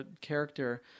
character